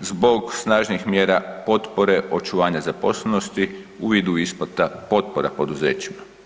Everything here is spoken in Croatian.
zbog snažnih mjera potpore očuvanja zaposlenosti u vidu isplata potpora poduzećima.